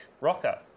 Rocker